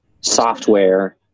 software